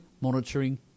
monitoring